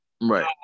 Right